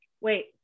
Wait